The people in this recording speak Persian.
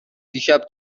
دیشب